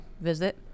Visit